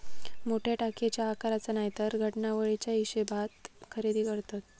मोठ्या टाकयेच्या आकाराचा नायतर घडणावळीच्या हिशेबात खरेदी करतत